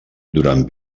durant